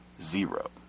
zero